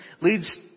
leads